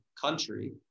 country